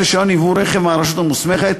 והן לרישיון ייבוא רכב מהרשות המוסמכת